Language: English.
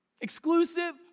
Exclusive